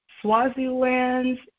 Swaziland's